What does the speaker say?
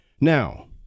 Now